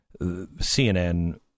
CNN